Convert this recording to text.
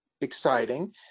exciting